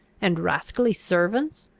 and rascally servants,